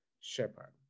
shepherd